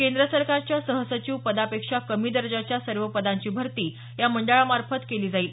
केंद्र सरकारच्या सहसचिव पदापेक्षां कमी दर्जाच्या सर्व पदांची भरती या मंडळामार्फत केली जाईल